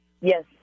Yes